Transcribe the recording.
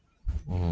mmhmm